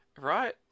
right